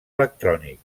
electrònic